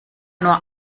nur